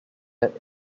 led